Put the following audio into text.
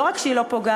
לא רק שהיא לא פוגעת,